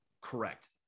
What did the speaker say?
correct